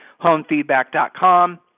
HomeFeedback.com